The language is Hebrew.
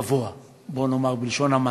בואו נאמר בלשון המעטה.